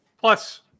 Plus